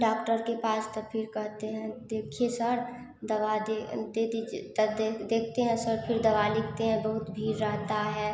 doctor के पास तो फिर कहते हैं देखिए सर दवा दे दे दीजिए तब देखते हैं सर फिर दवा लिखते हैं बहुत भीड़ रहता है